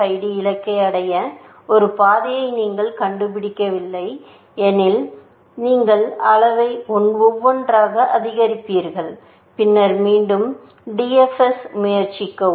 DFID இலக்கை அடைய ஒரு பாதையை நீங்கள் கண்டுபிடிக்கவில்லை எனில் நீங்கள் அளவை ஒவ்வொன்றாக அதிகரிப்பீர்கள் பின்னர் மீண்டும் DFS முயற்சிக்கவும்